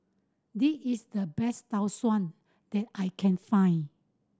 this is the best Tau Suan that I can find